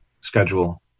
schedule